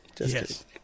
yes